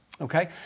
Okay